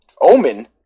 Omen